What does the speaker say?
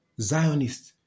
Zionists